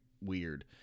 weird